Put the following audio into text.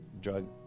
drug